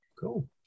Cool